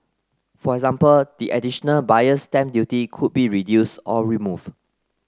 for example the additional Buyer's Stamp Duty could be reduce or remove